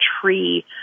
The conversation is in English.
tree